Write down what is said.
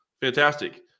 Fantastic